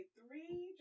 three